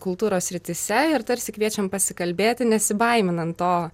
kultūros srityse ir tarsi kviečiam pasikalbėti nesibaiminant to